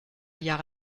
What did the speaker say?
jahre